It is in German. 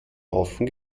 haufen